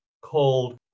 called